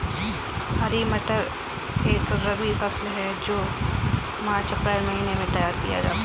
हरी मटर एक रबी फसल है जो मार्च अप्रैल महिने में तैयार किया जाता है